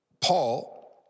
Paul